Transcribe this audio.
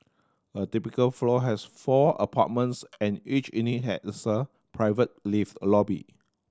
a typical floor has four apartments and each unit had a sir private lift lobby